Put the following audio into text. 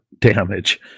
damage